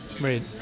right